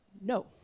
No